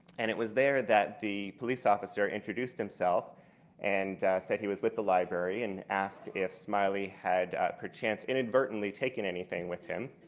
and it was there that the police officer introduced himself and said he was with the library and asked if smiley had, per chance, inadvertently taken anything with him.